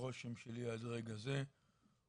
הרושם שלי עד לרגע זה הוא